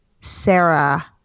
Sarah